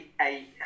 eight